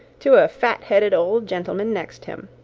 to a fat-headed old gentleman next him,